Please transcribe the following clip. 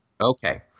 Okay